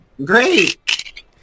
great